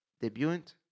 Debutant